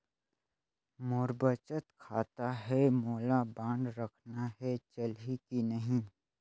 मोर बचत खाता है मोला बांड रखना है चलही की नहीं?